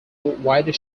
wider